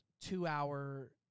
two-hour